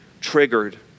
triggered